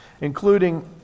including